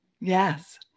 Yes